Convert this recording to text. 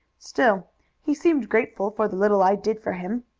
still he seemed grateful for the little i did for him.